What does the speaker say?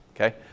okay